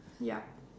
yup